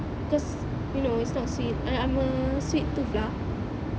cause you know it's not sweet like I'm a sweet tooth lah